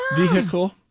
vehicle